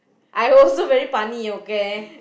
I also very funny okay